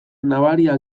nabaria